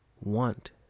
want